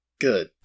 Good